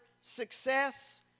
success